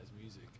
music